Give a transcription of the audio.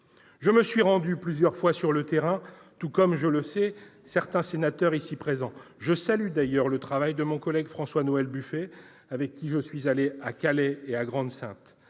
Je me suis rendu plusieurs fois sur le terrain, tout comme certains collègues ici présents- je salue d'ailleurs le travail de François-Noël Buffet, avec qui je suis allé à Calais et à Grande-Synthe.